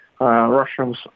Russians